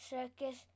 Circus